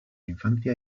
infancia